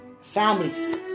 families